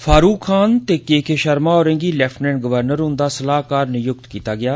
फारुक खान ते K K Sharma होरें गी लैफ्टिनेंट गवर्नर हन्दा सलाहकार नियुक्त कीता गेआ